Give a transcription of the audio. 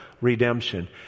redemption